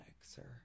sir